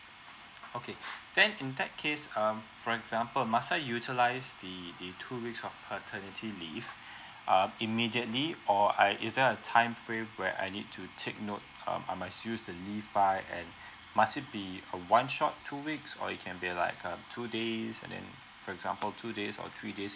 okay thank then in that case um for example must I utilise the the two weeks of paternity leave uh immediately or I is there a time frame where I need to take note um I must use the leave by and must it be a one shot two weeks or it can be like uh two days and then for example two days or three days